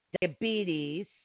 diabetes